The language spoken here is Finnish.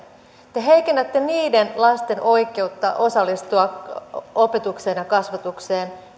te heikennätte niiden lasten oikeutta osallistua opetukseen ja kasvatukseen